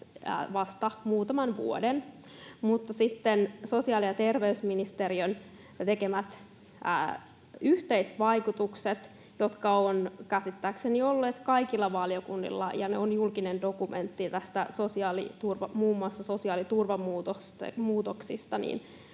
vasta muutaman vuoden. Mutta sitten sosiaali- ja terveysministeriön tekemät yhteisvaikutukset, jotka ovat käsittääkseni olleet kaikilla valiokunnilla — julkinen dokumentti muun muassa näistä sosiaaliturvamuutoksista